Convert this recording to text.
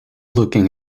looking